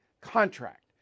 contract